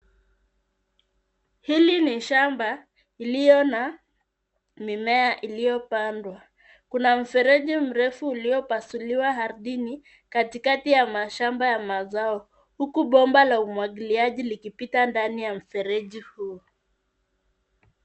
Hili ni shamba iliyo na mimea ilyopandwa. Kuna mfereji mrefu uliopasuliwa ardhini katikati ya mashamba ya mazao, huku bomba la umwagiliaji likipita ndani ya mfereji huu.